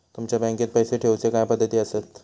तुमच्या बँकेत पैसे ठेऊचे काय पद्धती आसत?